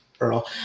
Earl